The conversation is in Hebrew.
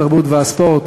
התרבות והספורט,